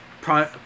Prime